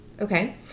Okay